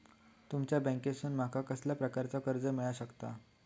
तुमच्या बँकेसून माका कसल्या प्रकारचा कर्ज मिला शकता?